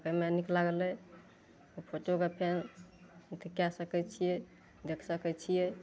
तऽ नहि नीक लागलय तऽ फोटोके फेन अथी कए सकय छियै देख सकय छियै